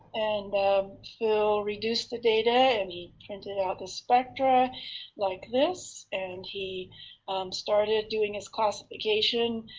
and phil reduced the data, and he printed out the spectra like this. and he started doing his classification.